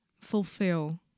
fulfill